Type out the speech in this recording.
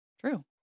true